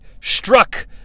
struck